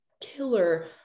killer